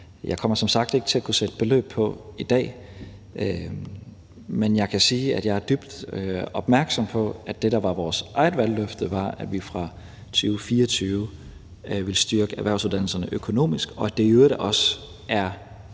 Jeg kommer som sagt ikke til at kunne sætte beløb på i dag, men jeg kan sige, at jeg er dybt opmærksom på, at det, der var vores eget valgløfte, var, at vi fra 2024 ville styrke erhvervsuddannelserne økonomisk, og at det i øvrigt også står